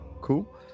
Cool